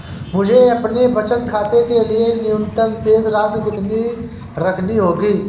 मुझे अपने बचत खाते के लिए न्यूनतम शेष राशि कितनी रखनी होगी?